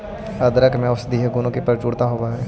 अदरक में औषधीय गुणों की प्रचुरता होवअ हई